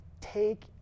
Take